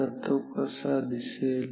तर तो कसा दिसेल